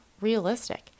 realistic